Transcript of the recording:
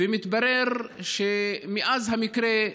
ומתברר שמאז המקרה,